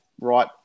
right